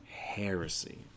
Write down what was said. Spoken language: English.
Heresy